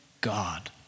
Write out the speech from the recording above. God